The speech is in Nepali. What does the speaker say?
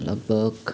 लगभग